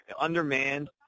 undermanned